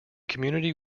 community